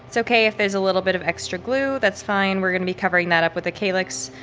so okay. if there's a little bit of extra glue, that's fine. we're going to be covering that up with the calyx.